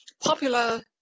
popular